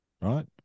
Right